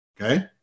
Okay